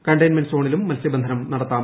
containment സോണിലും മത്സ്യബന്ധനം നടത്താം